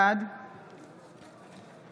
בעד